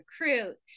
recruit